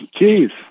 Jeez